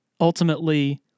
ultimately